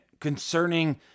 concerning